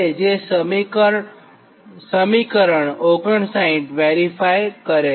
જેથી સમીકરણ 59 વેરીફાય થાય છે